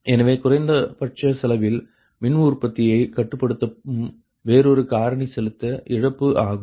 எனவே குறைந்தபட்ச செலவில் மின் உற்பத்தியை கட்டுப்படுத்தும் வேறொரு காரணி செலுத்த இழப்பு ஆகும்